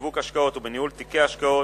בשיווק השקעות ובניהול תיקי השקעות